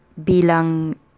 Bilang